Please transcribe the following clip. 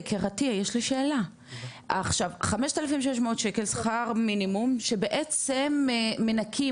עכשיו 5,600 ₪ שכר מינימום שבעצם מנקים